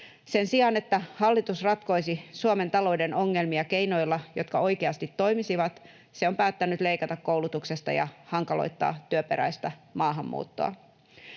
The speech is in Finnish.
Sen sijaan, että hallitus ratkoisi Suomen talouden ongelmia keinoilla, jotka oikeasti toimisivat, se on päättänyt leikata koulutuksesta ja hankaloittaa työperäistä maahanmuuttoa.